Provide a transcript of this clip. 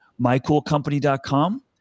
mycoolcompany.com